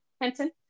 Henson